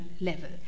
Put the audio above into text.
level